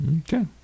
Okay